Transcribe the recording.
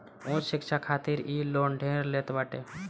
उच्च शिक्षा खातिर इ लोन ढेर लेत बाटे